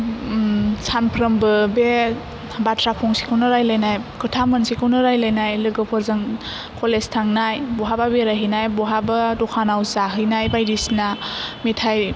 उम सानफ्रोमबो बे बाथ्रा फंसेखौनो रायलायनाय खोथा मोनसेखौनो रायलायनाय लोगोफोरजों कलेज थांनाय बहाबा बेरायहैनाय बहाबा द'खानाव जाहैनाय बायदिसिना मेथाय